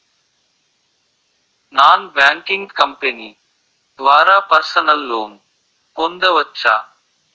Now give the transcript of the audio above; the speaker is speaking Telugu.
నాన్ బ్యాంకింగ్ కంపెనీ ద్వారా పర్సనల్ లోన్ పొందవచ్చా?